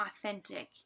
authentic